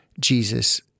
jesus